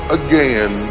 again